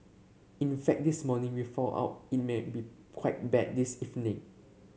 in fact this morning we four out it might be quite bad this evening